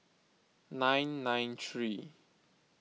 nine nine three